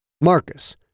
Marcus